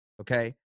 okay